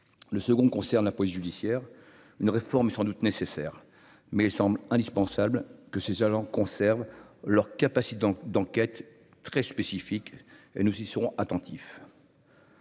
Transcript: le second concerne la police judiciaire, une réforme est sans doute nécessaire, mais il semble indispensable que ces en conservent leur capacité d'enquêtes très spécifique et nous y serons attentifs.